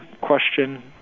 question